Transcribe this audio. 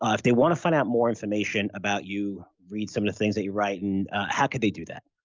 ah if they want to find out more information about you, read some of the things that you write, and how could they do that?